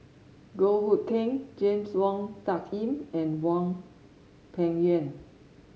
Goh Hood Keng James Wong Tuck Yim and Hwang Peng Yuan